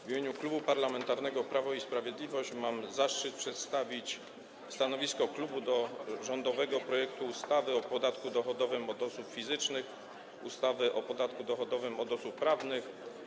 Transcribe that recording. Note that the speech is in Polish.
W imieniu Klubu Parlamentarnego Prawo i Sprawiedliwość mam zaszczyt przedstawić stanowisko wobec rządowego projektu ustawy o zmianie ustawy o podatku dochodowym od osób fizycznych, ustawy o podatku dochodowym od osób prawnych,